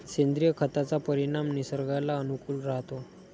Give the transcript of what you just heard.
सेंद्रिय खताचा परिणाम निसर्गाला अनुकूल राहतो